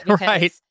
Right